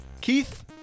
Keith